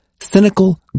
cynical